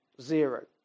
zero